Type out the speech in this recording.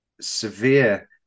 severe